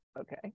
okay